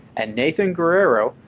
and nathan guerrero,